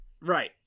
Right